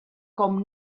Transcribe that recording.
com